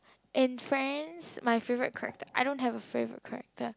in France my favourite character I don't have a favourite character